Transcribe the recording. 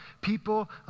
people